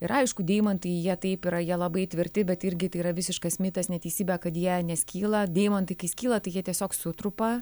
ir aišku deimantai jie taip yra jie labai tvirti bet irgi tai yra visiškas mitas neteisybė kad jie neskyla deimantai kai skyla tai jie tiesiog sutrupa